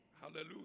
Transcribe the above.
Hallelujah